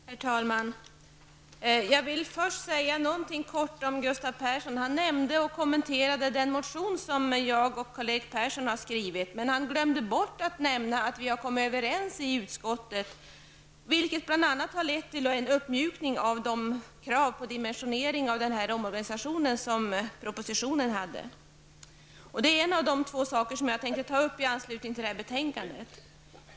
Herr talman! Jag vill först säga något kort med anledning av Gustav Perssons anförande. Han kommenterade den motion som jag och Karl-Erik Persson har skrivit. Men han glömde bort att nämna att vi har kommit överens i utskottet, vilket bl.a. har lett till en uppmjukning av de krav i fråga om dimensioneringen för omorganisationen som propositionen hade. Det är en av de två saker som jag ville ta upp i anslutning till det här betänkandet.